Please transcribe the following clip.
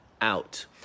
Out